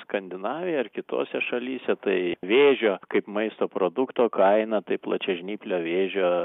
skandinavijoj ar kitose šalyse tai vėžio kaip maisto produkto kaina tai plačiažnyplio vėžio